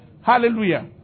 Hallelujah